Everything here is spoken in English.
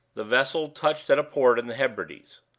the vessel touched at a port in the hebrides.